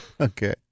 Okay